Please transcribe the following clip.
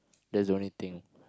that's the only thing